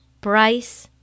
price